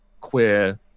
queer